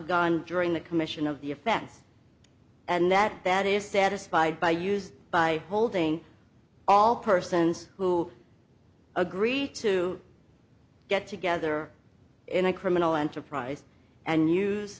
gun during the commission of the offense and that that is satisfied by use by holding all persons who agree to get together in a criminal enterprise and use